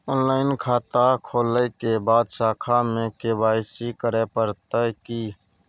Online खाता खोलै के बाद शाखा में के.वाई.सी करे परतै की?